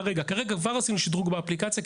כרגע כבר עשינו שדרוג באפליקציה,